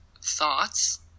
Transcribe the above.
thoughts